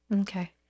Okay